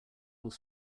will